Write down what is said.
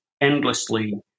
endlessly